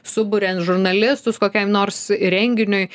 suburiat žurnalistus kokiam nors renginiui